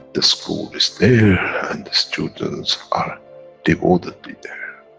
the school is there and the students are devotedly there.